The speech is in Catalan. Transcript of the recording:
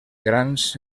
grans